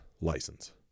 license